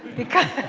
because